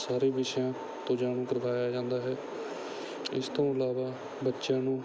ਸਾਰੇ ਵਿਸ਼ਿਆਂ ਤੋਂ ਜਾਣ ਕਰਵਾਇਆ ਜਾਂਦਾ ਹੈ ਇਸ ਤੋਂ ਇਲਾਵਾ ਬੱਚਿਆਂ ਨੂੰ